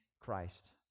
Christ